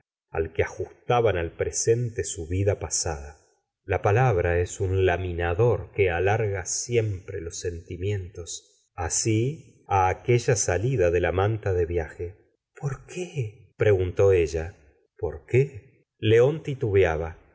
al que ajustaban al presente su vida pasa da la palabra es un laminador que alarga siempre los sentimientos asl á aquella salida de la manta de viaje por qué preguntó ella por qué león titubeaba